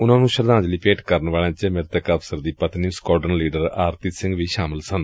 ਉਨਾ ਨੂੰ ਸ਼ਰਧਾਜਲੀ ਭੇਟ ਕਰਨ ਵਾਲਿਆ ਚ ਮ੍ਰਿਤਕ ਅਫਸਰ ਦੀ ਪਤਨੀ ਸੁਕਾਡਰਨ ਲੀਡਰ ਆਰਤੀ ਸਿੰਘ ਵੀ ਸ਼ਾਮਲ ਸਨ